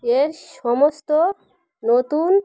এর সমস্ত নতুন